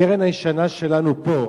הקרן הישנה שלנו פה,